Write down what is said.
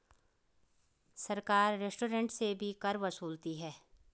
सरकार रेस्टोरेंट से भी कर वसूलती है